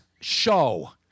Show